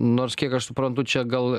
nors kiek aš suprantu čia gal